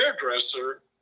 hairdresser